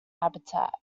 habitat